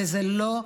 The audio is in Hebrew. וזה לא הצליח.